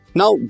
now